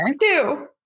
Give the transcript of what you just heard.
two